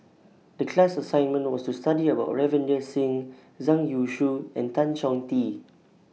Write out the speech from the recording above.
The class assignment was to study about Ravinder Singh Zhang Youshuo and Tan Chong Tee